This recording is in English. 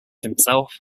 himself